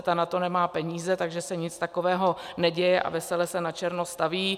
Ta na to nemá peníze, takže se nic takového neděje a vesele se načerno staví.